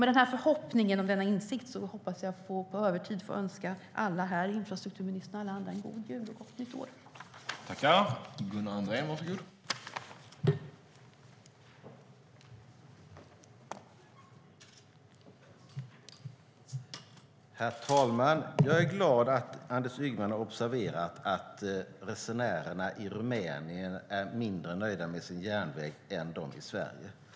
Med förhoppningen om denna insikt hoppas jag att jag på övertid får önska infrastrukturministern och alla andra här en god jul och ett gott nytt år.